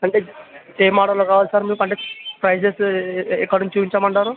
అంటే ఏ మోడల్లో కావాలి సార్ మీకు అంటే ప్రైజెస్ ఎక్కడ నుంచి చూపించమంటారు